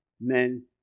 men